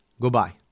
Goodbye